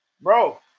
bro